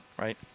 right